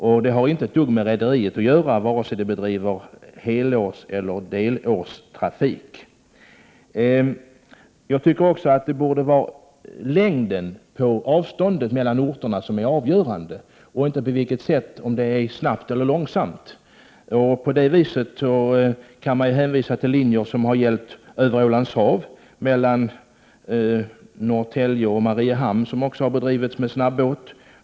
Det har således inte ett dugg med rederiet att göra, vare sig det bedriver helårseller delårstrafik. Jag tycker vidare att det borde vara avståndet mellan orterna som är avgörande och inte på vilket sätt transporten sker, om det går snabbt eller långsamt. På det viset kan man hänvisa till linjer som har gått över Ålands hav, mellan Norrtälje och Mariehamn, som också har bedrivits med snabbåt.